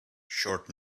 short